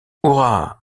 hurrah